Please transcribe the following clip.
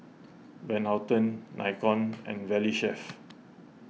Van Houten Nikon and Valley Chef